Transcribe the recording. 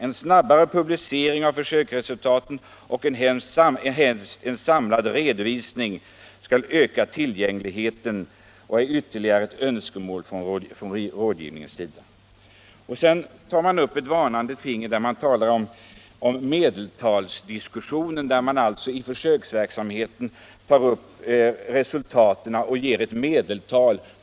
En snabbare publicering av försöksresultaten och helst i en samlad redovisning som i hög grad skulle öka tillgängligheten, är ytterligare ett önskemål från rådgivningen.” Därefter håller man upp ett varnande finger och talar om medeltalsdiskussionen, alltså att försöksverksamheten ger resultaten i form av medeltal.